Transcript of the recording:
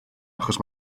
achos